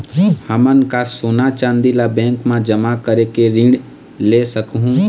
हमन का सोना चांदी ला बैंक मा जमा करके ऋण ले सकहूं?